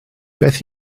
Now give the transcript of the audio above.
beth